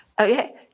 Okay